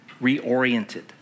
reoriented